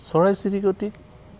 চৰাই চিৰিকটি